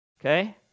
Okay